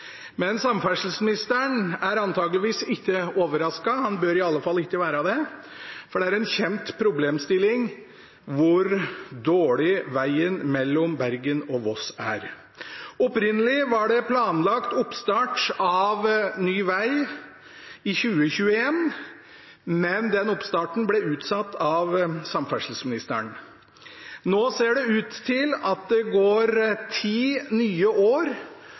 Men samferdselsministeren er antakeligvis ikke overrasket. Han bør i alle fall ikke være det, for det er en kjent problemstilling hvor dårlig vegen mellom Bergen og Voss er. Opprinnelig var det planlagt oppstart av ny veg i 2021, men den oppstarten ble utsatt av samferdselsministeren. Nå ser det ut til at det går ti nye år